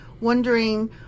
wondering